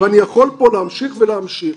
אני יכול פה להמשיך ולהמשיך.